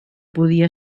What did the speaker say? podia